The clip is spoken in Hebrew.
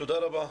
תודה רבה,